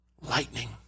lightning